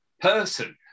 person